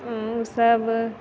उसब